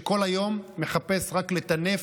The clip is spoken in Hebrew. שכל היום מחפש רק לטנף,